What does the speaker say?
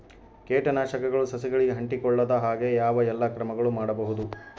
ಕೇಟನಾಶಕಗಳು ಸಸಿಗಳಿಗೆ ಅಂಟಿಕೊಳ್ಳದ ಹಾಗೆ ಯಾವ ಎಲ್ಲಾ ಕ್ರಮಗಳು ಮಾಡಬಹುದು?